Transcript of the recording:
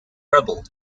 rebel